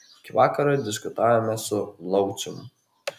iki vakaro diskutavome su laucium